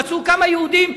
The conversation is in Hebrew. רצו כמה יהודים,